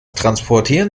transportieren